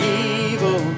evil